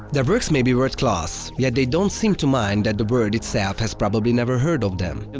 their works may be world class, yet they don't seem to mind that the world itself has probably never heard of them. and